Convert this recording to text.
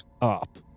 up